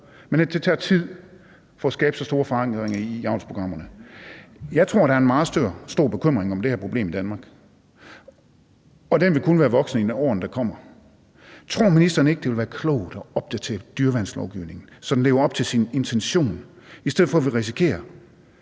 men det tager tid at skabe så store forandringer i avlsprogrammerne. Jeg tror, at der er en meget stor bekymring over det her problem i Danmark, og den vil kun være voksende i årene, der kommer. Tror ministeren ikke, at det vil være klogt at opdatere dyreværnslovgivningen, så den lever op til sin intention, i stedet for at vi risikerer,